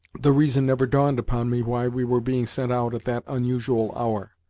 the reason never dawned upon me why we were being sent out at that unusual hour.